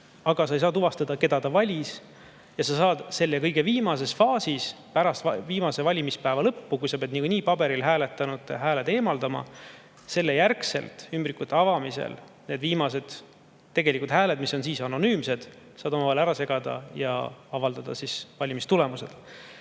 aga sa ei saa tuvastada, keda ta valis. Sa saad kõige viimases faasis, pärast viimase valimispäeva lõppu, kui sa pead niikuinii paberil hääletanute hääled eemaldama, selle järel ümbrikute avamisel need viimased tegelikud hääled, mis on siis anonüümsed, omavahel ära segada ja avaldada valimistulemused.